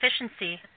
efficiency